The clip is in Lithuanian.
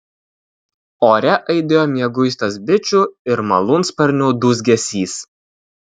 ore aidėjo mieguistas bičių ir malūnsparnių dūzgesys